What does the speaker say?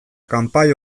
kanpai